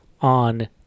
on